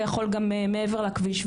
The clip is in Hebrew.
יכול גם מעבר לכביש,